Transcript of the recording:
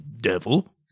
Devil